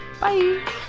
Bye